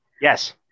yes